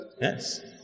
Yes